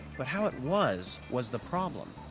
but how it was was the problem.